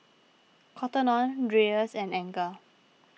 Cotton on Dreyers and Anchor